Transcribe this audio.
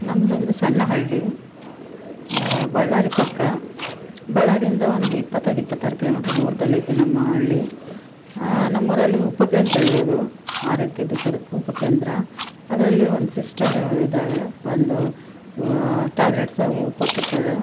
ನಮ್ದೊಂದು ಸಣ್ಣ ಹಳ್ಳಿ ಬಳ್ಳಾರಿ ಪಕ್ಕ ಬಳ್ಳಾರಿ ಇಂದ ಒಂದು ಇಪ್ಪತ್ತೈದು ಇಪ್ಪತ್ತಾರು ಕಿಲೋ ಮೀಟರ್ ದೂರದಲ್ಲಿ ಐತೆ ನಮ್ಮ ಹಳ್ಳಿ ನಮ್ಮೂರಲ್ಲಿ ಉಪ ಕೇಂದ್ರ ಇರೋದು ಆರೋಗ್ಯದ ಉಪ ಉಪ ಕೇಂದ್ರ ಅದರಲ್ಲಿ ಒಂದು ಸಿಸ್ಟರ್ ಇದಾಳೆ ಬಂದು ಟ್ಯಾಬ್ಲೆಟ್ಸ್ ಅವು ಇವು ಕೊಡ್ತಿರ್ತಾರೆ